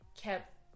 kept